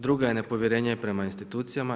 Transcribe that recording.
Druga je nepovjerenje prema institucijama.